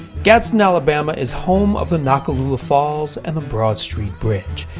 gadsden, alabama is home of the noccalula falls and the broad st. bridge.